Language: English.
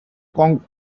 kong